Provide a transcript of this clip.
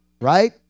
right